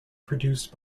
produced